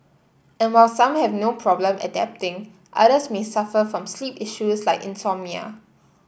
and while some have no problem adapting others may suffer from sleep issues like insomnia